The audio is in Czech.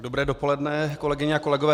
Dobré dopoledne, kolegyně a kolegové.